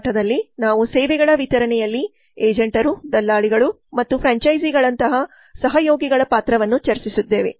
ಈ ಪಾಠದಲ್ಲಿ ನಾವು ಸೇವೆಗಳ ವಿತರಣೆಯಲ್ಲಿ ಏಜೆಂಟರು ದಲ್ಲಾಳಿಗಳು ಮತ್ತು ಫ್ರಾಂಚೈಸಿಗಳಂತಹ ಸಹಯೋಗಿಗಳ ಪಾತ್ರವನ್ನು ಚರ್ಚಿಸಿದ್ದೇವೆ